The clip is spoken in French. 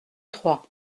trois